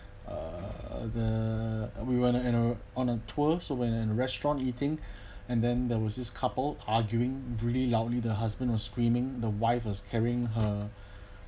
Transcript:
uh the uh we wanna in a on a tour so went on restaurant eating and then there was this couple arguing really loudly the husband are screaming the wife was carrying her